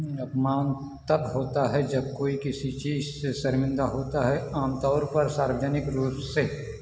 अपमान तब होता है जब कोई किसी चीज़ से शर्मिंदा होता है आम तौर पर सार्वजनिक रूप से